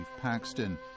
Paxton